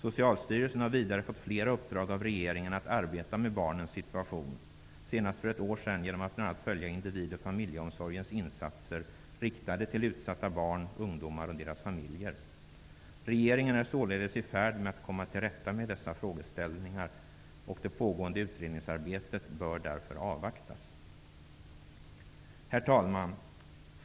Socialstyrelsen har vidare fått flera uppdrag av regeringen att arbeta med barnens situation -- senast för ett år sedan genom att bl.a. följa individoch familjeomsorgens insatser riktade till utsatta barn, ungdomar och deras familjer. Regeringen är således i färd med att komma till rätta med dessa frågeställningar. Det pågående utredningsarbetet bör därför avvaktas. Herr talman!